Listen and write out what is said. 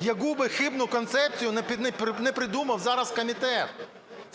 яку би хибну концепцію не придумав зараз комітет.